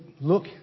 look